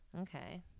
Okay